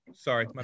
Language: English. Sorry